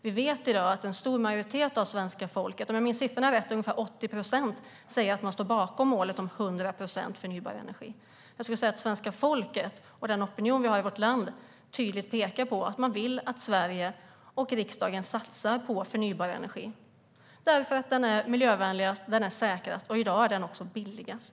Vi vet i dag att en stor majoritet av svenska folket - om jag minns rätt ungefär 80 procent - säger att man står bakom målet om 100 procent förnybar energi. Svenska folket och den opinion vi har i vårt land pekar tydligt på att man vill att Sverige och riksdagen satsar på förnybar energi. Den är miljövänligast, den är säkrast och i dag är den också billigast.